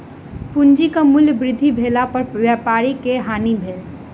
पूंजीक मूल्य वृद्धि भेला पर व्यापारी के हानि भेल